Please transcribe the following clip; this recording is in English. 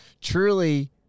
truly